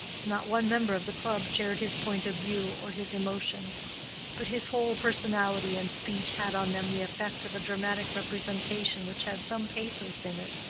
not one member of the club shared his point of view or his emotion but his whole personality and speech had on them the effect of a dramatic representation which had some pathos in it,